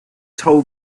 toll